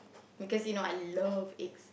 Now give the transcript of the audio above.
because you know I love eggs